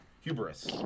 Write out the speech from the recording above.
hubris